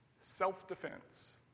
Self-defense